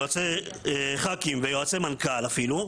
יועצי חה"כים ואפילו יועצי מנכ"ל,